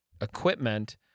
equipment